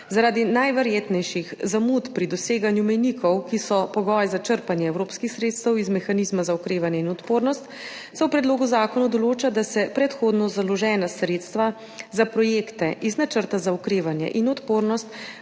Zaradi najverjetnejših zamud pri doseganju mejnikov, ki so pogoj za črpanje evropskih sredstev iz mehanizma za okrevanje in odpornost, se v predlogu zakona določa, da se predhodno založena sredstva za projekte iz Načrta za okrevanje in odpornost